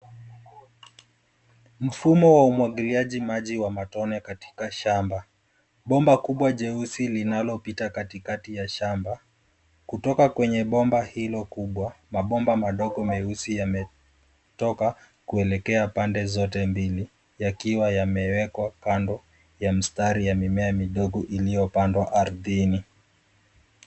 Mfumo wa umwagiliaji maji wa matone katika shamba. Bomba kubwa jeusi linalopita katikati ya shamba, kutoka kwenye bomba hilo kubwa, mabomba madogo meusi yametoka kuelekea pande zote mbili yakiwa yamewekwa kando ya mstari ya mimea midogo iliyopandwa ardhini.